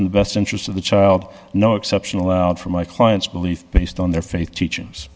in the best interest of the child no exception allowed for my client's belief based on their faith teachings